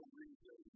reason